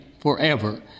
forever